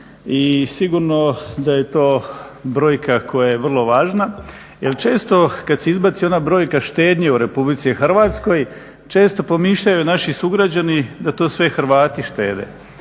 i sigurno da je to brojka koja je vrlo važna jer često kad se izbaci ona brojka štednje u RH često pomišljaju naši sugrađani da to sve Hrvati štede.